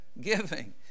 giving